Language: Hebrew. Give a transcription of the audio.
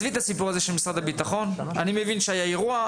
אני מבין שהיה אירוע,